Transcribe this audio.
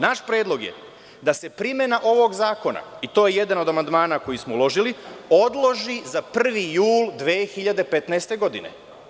Naš predlog je da se primena ovog zakona, i to je jedan od amandmana koji smo uložili, odloži za 1. jul 2015. godine.